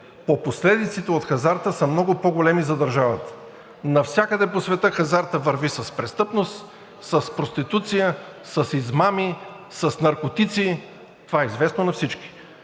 по последиците от хазарта са много по-големи за държавата. Навсякъде по света хазартът върви с престъпност, с проституция, с измами, с наркотици. Това е известно на всички.